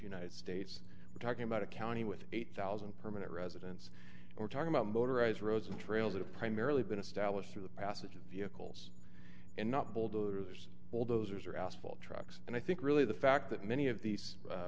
united states we're talking about a county with eight thousand permanent residents we're talking about motorized roads and trails that are primarily been established through the passage of vehicles and not bulldozers bulldozers or asphalt trucks and i think really the fact that many of these